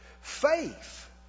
Faith